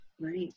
right